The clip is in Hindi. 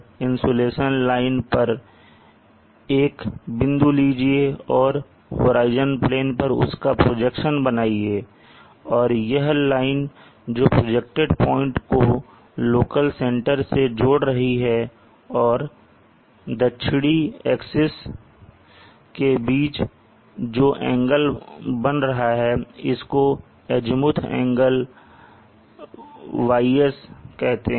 इंसुलेशन लाइन पर एक बिंदु लीजिए और होराइजन प्लेन पर उसका प्रोजेक्शन बनाइए और यह लाइन जो प्रोजेक्टेड पॉइंट को लोकल सेंटर से जोड़ रही है और दक्षिणी एक्सप्रेस के बीच जो एंगल बन रहा है जिसको एजीमूथ एंगल γS कहते हैं